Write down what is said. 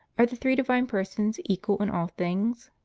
are the three divine persons equal in all things?